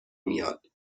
میاد